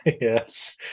yes